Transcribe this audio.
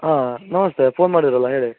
ಹಾಂ ನಮಸ್ತೆ ಪೋನ್ ಮಾಡಿರಲ್ಲ ಹೇಳಿ